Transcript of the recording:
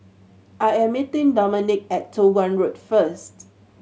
I am meeting Domonique at Toh Guan Road first